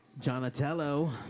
Jonatello